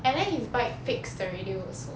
and then his bike fixed already also